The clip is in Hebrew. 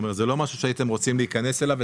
זה לא משהו שהייתם רוצים להיכנס אליו.